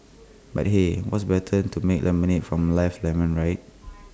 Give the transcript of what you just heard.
but hey what's better than to make lemonade from life lemon right